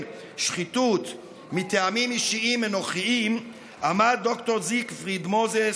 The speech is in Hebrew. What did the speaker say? שחיתות מטעמים אישיים אנוכיים עמד ד"ר זיגפריד מוזס,